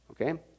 Okay